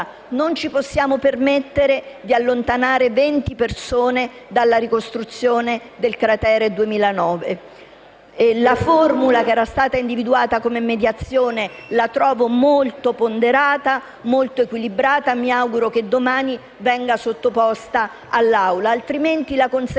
(non ci possiamo permettere di allontanare venti persone dalla ricostruzione del cratere 2009); la formula individuata come mediazione la trovo molto ponderata ed equilibrata e mi auguro che domani venga sottoposta all'Assemblea, altrimenti la conseguenza